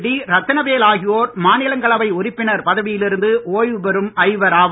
D Rathinavel ஆகியோர் மாநிலங்களவை உறுப்பினர் பதவியில் இருந்து ஓய்வுபெறும் ஐவர் ஆவர்